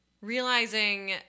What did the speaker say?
realizing